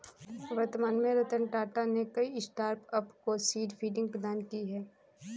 वर्तमान में रतन टाटा ने कई स्टार्टअप को सीड फंडिंग प्रदान की है